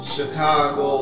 Chicago